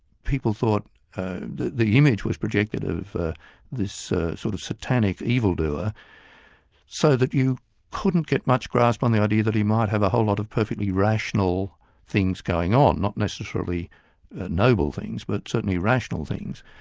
people thought the the image was projected of this sort of satanic evil-doer so that you couldn't get much grasp on the idea that he might have a whole lot of perfectly rational things going on, not necessarily noble things, but certainly rational things.